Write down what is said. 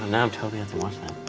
and i'm totally into watching